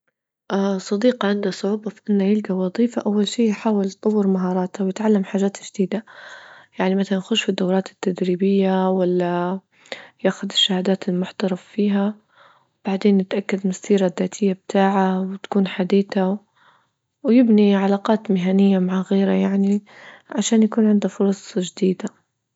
اه صديق عنده صعوبة في أنه يلجى وظيفة، أول شي يحاول يطور مهاراته ويتعلم حاجات جديدة يعني مثلا يخش في الدورات التدريبية ولا ياخذ الشهادات المعترف فيها بعدين نتأكد من السيرة الذاتية بتاعه وتكون حديثة ويبني علاقات مهنية مع غيره يعني عشان يكون عنده فرص جديدة.